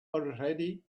already